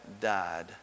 died